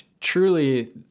truly